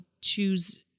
choose